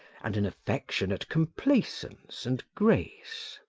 and an affectionate complaisance and grace.